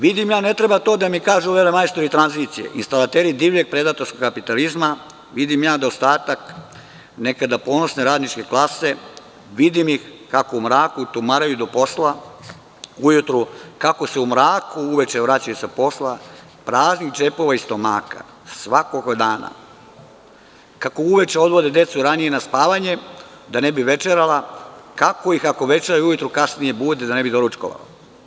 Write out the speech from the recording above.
Vidim ja, ne treba to da mi kažu velemajstori tranzicije, instalateri divljeg predatorskog kapitalizma, vidim ja da ostatak nekada ponosne radničke klase, vidim ih kako u mraku tumaraju do posla, kako se u mraku uveče vraćaju sa posla, praznih džepova i stomaka svakoga dana, kako uveče odvode decu ranije na spavanje da ne bi večerala, kako ih, ako večeraju, ujutru kasnije bude da ne bi doručkovala.